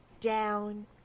down